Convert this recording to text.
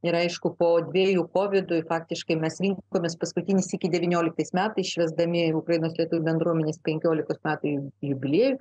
ir aišku po dviejų kovidų faktiškai mes jį paskutiniais sykį devynioliktais metais švesdami ukrainos lietuvių bendruomenės penkiolikos metų jubiliejų